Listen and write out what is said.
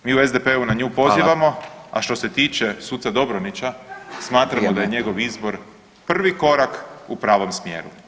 Mi u SDP-u na nju pozivamo, a što se tiče suca Dobronića smatramo da je njegov izbor prvi korak u pravom smjeru.